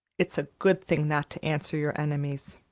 it's a good thing not to answer your enemies.